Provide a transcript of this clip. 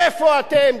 איפה אתם?